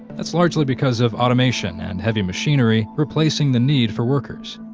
that's largely because of automation and heavy machinery replacing the need for workers.